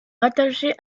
rattaché